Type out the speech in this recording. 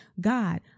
God